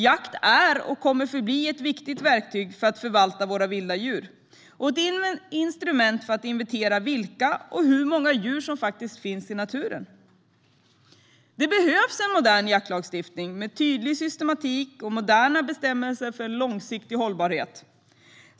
Jakt är och kommer att förbli ett viktigt verktyg för att förvalta våra vilda djur och ett instrument för att inventera vilka och hur många djur som finns i naturen. Det behövs en modern jaktlagstiftning med tydlig systematik och moderna bestämmelser för en långsiktig hållbarhet.